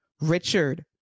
richard